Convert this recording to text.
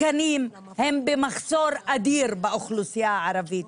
התקנים הם במחסור אדיר באוכלוסייה הערבית.